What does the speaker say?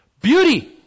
Beauty